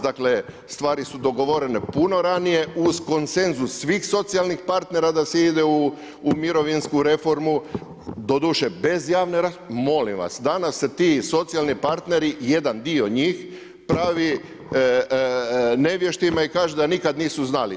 Dakle, stvari su dogovorene puno ranije uz konsenzus svih socijalnih partnera da se ide u mirovinsku reformu, doduše bez javne rasprave, molim vas, danas se ti socijalni partneri, jedan dio njih pravi ne vještima i kažu da nikada nisu znali.